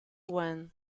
when